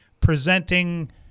presenting